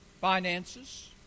finances